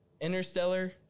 Interstellar